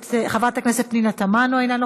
חברת הכנסת שרן השכל, אינה נוכחת,